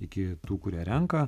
iki tų kurie renka